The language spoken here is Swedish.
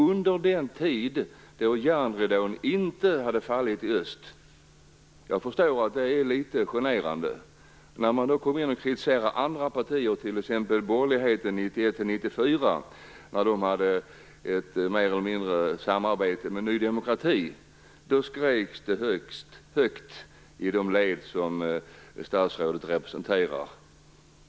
Jag förstår att detta är litet generande, eftersom Socialdemokraterna har gått in och kritiserat andra partier, t.ex. borgerligheten under åren 1991-1994, när det förekom ett mer eller mindre uttalat samarbete med Ny demokrati. Då skreks det högt i de led som statsrådet representerar.